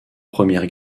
première